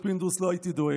פינדרוס, לא הייתי דואג.